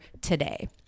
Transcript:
today